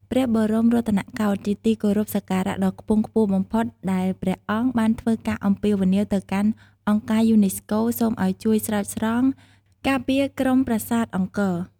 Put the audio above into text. ព្រះបរមរតនកោដ្ឋ ជាទីគោរពសក្ការៈដ៏ខ្ពង់ខ្ពស់បំផុត ដែលព្រះអង្គ បានធ្វើការអំពាវនាវទៅកាន់អង្គការយូណេស្កូ សូមឱ្យជួយស្រោចស្រង់ ការពារក្រុមប្រាសាទអង្គរ។